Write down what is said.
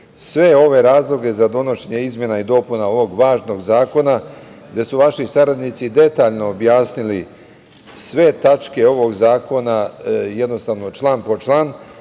sve ove razloge za donošenje izmena i dopuna ovog važnog zakona, gde su vaši saradnici detaljno objasnili sve tačke ovog zakona, jednostavno član po član,